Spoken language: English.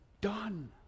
done